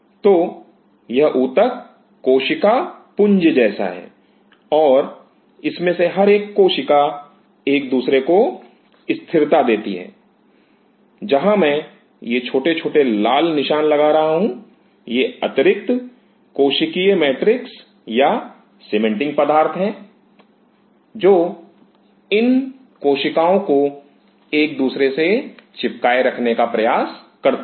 तो यह ऊतक कोशिका पूंज जैसा है और इसमें से हर एक कोशिका एक दूसरे को स्थिरता देती हैं जहां मैं ये छोटे छोटे लाल निशान लगा रहा हूं ये अतिरिक्त कौशिकीय मैट्रिक्स या सीमेंटिंग पदार्थ हैं जो इन कोशिकाओं को एक दूसरे से चिपकाए रखने का प्रयास करती हैं